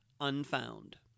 Unfound